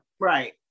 Right